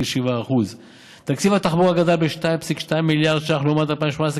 כ-7%; תקציב התחבורה גדל בכ-2.2 מיליארד ש"ח לעומת 2018,